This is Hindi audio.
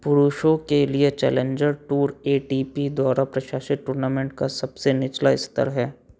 पुरुषों के लिए challenger tour A T P द्वारा प्रशासित टूर्नामेंट का सबसे निचला स्तर है